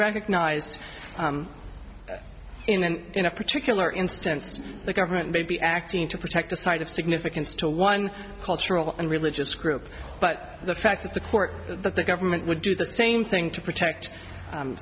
recognized him and in a particular instance the government may be acting to protect the site of significance to one cultural and religious group but the fact that the court the government would do the same thing to protect